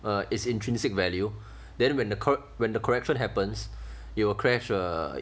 uh it's intrinsic value then when the correction when the correction happens it will crash uh